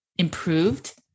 improved